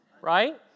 right